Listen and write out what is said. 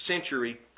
century